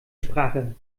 sprache